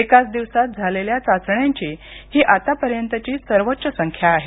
एकाच दिवसात झालेल्या चाचण्यांची ही आतापर्यंतची सर्वोच्च संख्या आहे